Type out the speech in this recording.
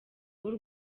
w’u